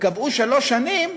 וקבעו שלוש שנים,